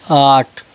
आठ